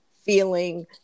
feeling